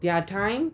their time